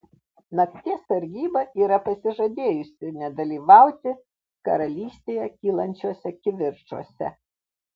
nakties sargyba yra pasižadėjusi nedalyvauti karalystėje kylančiuose kivirčuose